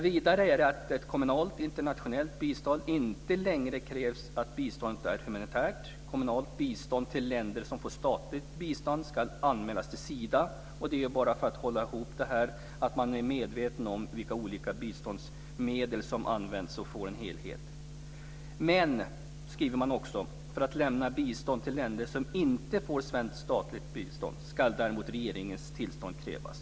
Vidare kommer inte längre att krävas att kommunalt internationellt bistånd är humanitärt. Kommunalt bistånd till länder som får statligt bistånd ska anmälas till Sida. Det är bara för att hålla ihop det så att man är medveten om vilka olika biståndsmedel som används så att man får en helhet. Regeringen skriver också: För att lämna bistånd till länder som inte får svenskt statligt bistånd ska däremot regeringens tillstånd krävas.